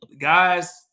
Guys